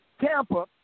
Tampa